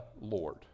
Lord